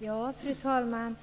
Fru talman!